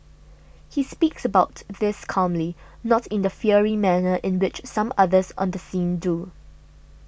he speaks about this calmly not in the fiery manner in which some others on the scene do